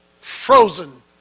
frozen